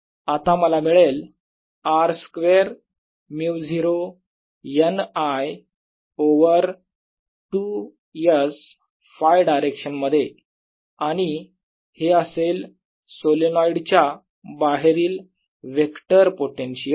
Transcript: आता मला मिळेल R square μ0 n I over 2s Φ direction मध्ये आणि हे असेल सोलेनोईड च्या बाहेरील वेक्टर पोटेन्शियल